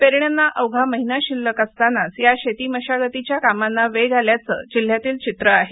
पेरण्यांना अवघा महिना शिल्लक असतानाच या शेती मशागतीच्या कामांना वेग आल्याचे जिल्ह्यातील चित्र आहे